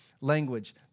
language